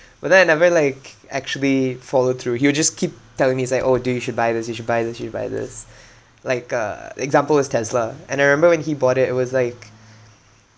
but then I never like actually follow through he will just keep telling me he's like oh dude you should buy this you should buy this you should buy this like uh example is Tesla and I remember when he bought it it was like